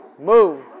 move